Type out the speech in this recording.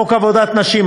39. חוק עבודת נשים,